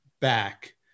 back